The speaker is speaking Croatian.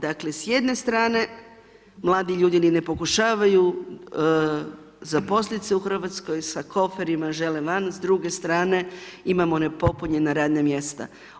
Dakle, s jedne strane, mladi ljudi ni ne pokušavaju zaposlit će u Hrvatsku, sa koferima žele van, s druge strane imamo nepopunjena radna mjesta.